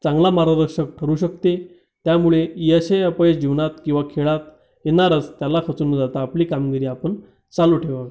चांगला मार्गदर्शक ठरू शकते त्यामुळे यश हे अपयश जीवनात किंवा खेळात येणारच त्याला खचून न जाता आपली कामगिरी आपण चालू ठेवावं